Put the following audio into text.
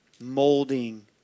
molding